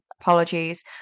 apologies